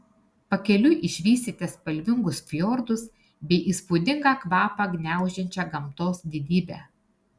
pakeliui išvysite spalvingus fjordus bei įspūdingą kvapą gniaužiančią gamtos didybę